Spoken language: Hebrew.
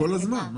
כל הזמן.